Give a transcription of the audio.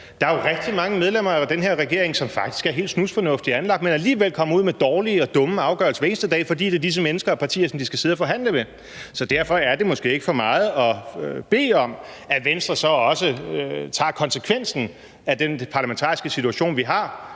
Der er jo rigtig mange medlemmer af den her regering, som faktisk er helt snusfornuftigt anlagt, men alligevel kommer ud med dårlige og dumme afgørelser hver eneste dag, fordi det er disse mennesker og partier, som de skal sidde og forhandle med. Så derfor er det måske ikke for meget at bede om, at Venstre også tager konsekvensen af den parlamentariske situation, vi har,